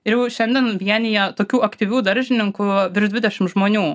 ir jau šiandien vienija tokių aktyvių daržininkų virš dvidešim žmonių